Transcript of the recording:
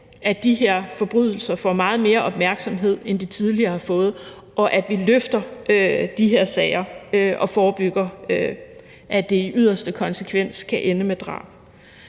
at de her forbrydelser får meget mere opmærksomhed, end de tidligere har fået, og at vi løfter de her sager og forebygger, at det i yderste konsekvens kan ende med drab.